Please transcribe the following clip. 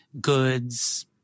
goods